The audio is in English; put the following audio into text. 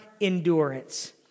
endurance